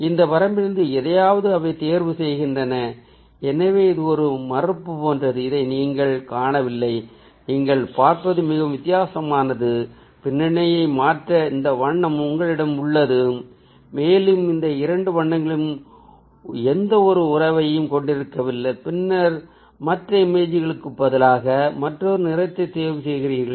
இந்த வரம்பிலிருந்து எதையாவது அவை தேர்வு செய்கின்றன எனவே இது ஒரு மறுப்பு போன்றது இதை நீங்கள் காணவில்லை நீங்கள் பார்ப்பது மிகவும் வித்தியாசமானது பின்னணியை மாற்ற இந்த வண்ணம் உங்களிடம் உள்ளது மேலும் இந்த இரண்டு வண்ணங்களும் எந்தவொரு உறவையும் கொண்டிருக்கவில்லை பின்னர் மற்ற இமேஜ்களுக்கு பதிலாக மற்றொரு நிறத்தை தேர்வு செய்கிறீர்கள்